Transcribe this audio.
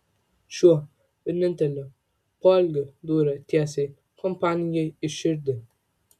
šiuo vieninteliu poelgiu dūrė tiesiai kompanijai į širdį